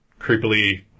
creepily